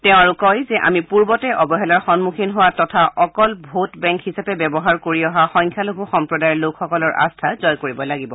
তেওঁ আৰু কয় যে আমি পূৰ্বতে অৱহেলাৰ সন্মুখীন হোৱা তথা অকল ভোট বেংক হিচাপে ব্যৱহাৰ কৰি অহা সংখ্যালঘু সম্প্ৰদায়ৰ লোকসকলৰ আস্থা জয় কৰিব লাগিব